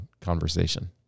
conversation